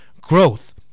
Growth